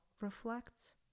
reflects